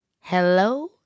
Hello